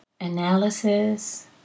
analysis